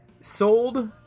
Sold